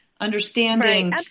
Understanding